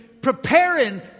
preparing